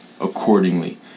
accordingly